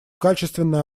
качественное